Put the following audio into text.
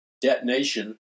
detonation